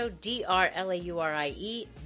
D-R-L-A-U-R-I-E